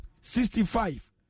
sixty-five